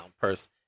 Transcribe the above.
person